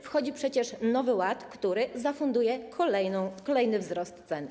Wchodzi przecież Nowy Ład, który zafunduje kolejny wzrost cen.